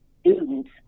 students